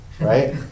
right